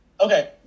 Okay